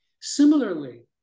Similarly